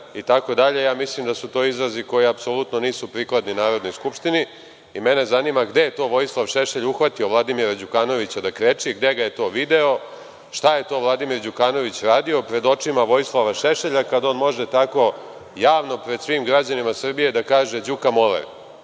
i tako dalje, mislim da su to izrazi koji apsolutno nisu prikladni Narodnoj skupštini. Mene zanima gde je to Vojislav Šešelj uhvatio Vladimira Đukanovića da kreči, gde ga je to video, šta je to Vladimir Đukanović radio pred očima Vojislava Šešelja kad može tako javno pred svim građanima Srbije da kaže – Đuka moler. Dakle,